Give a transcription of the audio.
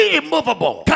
immovable